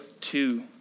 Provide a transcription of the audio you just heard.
two